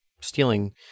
stealing